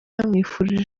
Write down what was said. yamwifurije